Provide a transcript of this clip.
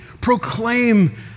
Proclaim